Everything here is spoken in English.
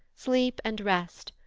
sleep and rest,